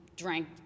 Drank